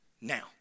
Now